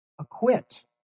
acquit